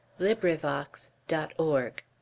LibriVox.org